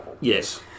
Yes